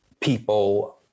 people